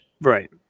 Right